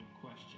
question